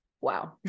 wow